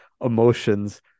emotions